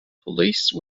police